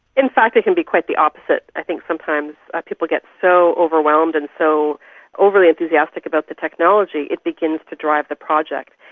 in fact it can be quite the opposite. i think sometimes people get so overwhelmed and so overly enthusiastic about the technology it begins to drive the project.